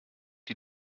die